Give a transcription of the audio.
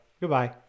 goodbye